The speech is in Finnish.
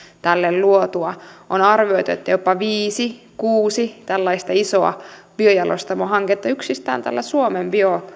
tälle luotua on arvioitu että jopa viisi kuusi tällaista isoa biojalostamohanketta yksistään tällä suomen